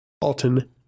Alton